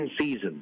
seasons